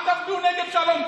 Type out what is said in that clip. אל תעבדו נגד השלום,